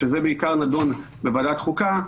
שזה בעיקר נדון בוועדת החוקה.